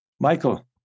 Michael